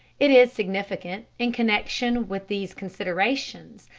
it is significant, in connection with these considerations,